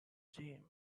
dreams